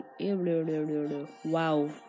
Wow